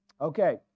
Okay